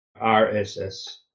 RSS